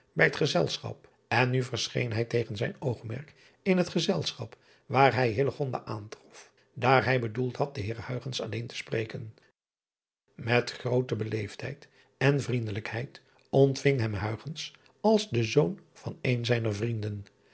bij het gezelschap n nu verscheen hij tegen zijn oogmerk in het gezelschap waar hij aantrof daar hij bedoeld had den eer alleen te spreken et groote beleefdheid en vriendelijkheid ontving hem als den zoon van een zijner vrienden